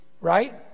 right